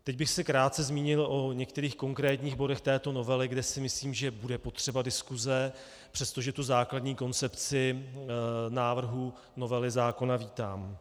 Teď bych se krátce zmínil o některých konkrétních bodech této novely, kde si myslím, že bude potřeba diskuse, přestože základní koncepci návrhu novely zákona vítám.